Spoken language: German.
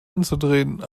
anzudrehen